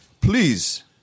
please